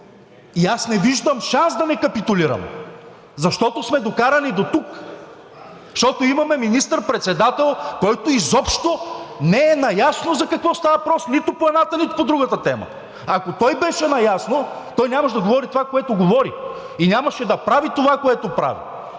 И аз не виждам шанс да не капитулираме, защото сме докарани дотук, защото имаме министър-председател, който изобщо не е наясно за какво става въпрос – нито по едната, нито по другата тема. Ако той беше наясно, нямаше да говори това, което говори, и нямаше да прави това, което прави